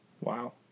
Wow